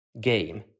game